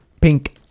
Pink